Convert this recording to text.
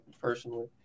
personally